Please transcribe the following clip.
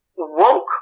woke